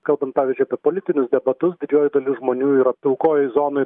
kalbant pavyzdžiui apie politinius debatus didžioji dalis žmonių yra pilkojoj zonoj